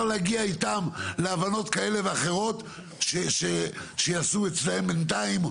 להגיע איתם להבנות כאלה ואחרות שיעשו אצלם בינתיים,